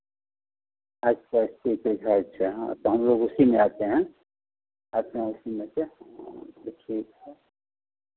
अच्छा S T पे है अच्छा हाँ तो हम लोग उसी में आते हैं अच्छा उसी में से हाँ तो ठीक है